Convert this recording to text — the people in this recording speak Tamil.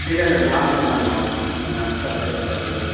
இல்லல்ல நார்மல் தான் மேம் ஆமாம் மேம் எக்ஸ்ட்ரா பே பண்ணுறது தான்